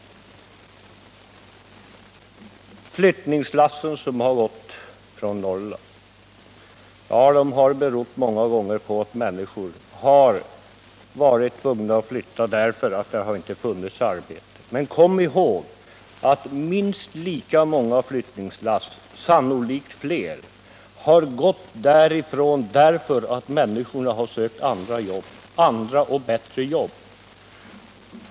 Flyttlassen som gått från Norrland har många gånger berott på att människor varit tvungna att flytta därför att det inte funnits något arbete. Men kom ihåg att minst lika många flyttlass, sannolikt fler, har gått därifrån på grund av att människorna har sökt andra och bättre jobb.